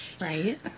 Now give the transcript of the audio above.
Right